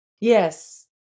Yes